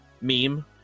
meme